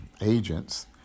agents